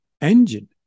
engine